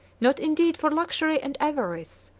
not indeed for luxury and avarice,